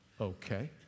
Okay